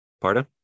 Pardon